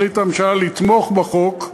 החליטה הממשלה לתמוך בחוק,